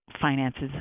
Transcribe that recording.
finances